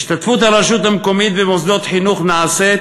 השתתפות הרשות המקומית במוסדות חינוך נעשית